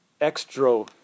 extra